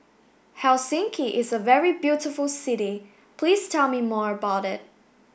Helsinki is a very beautiful city Please tell me more about it